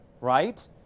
right